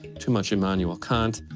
too much immanuel kant,